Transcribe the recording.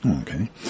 Okay